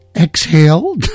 exhale